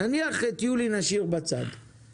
נניח את יולי נשאיר בצד,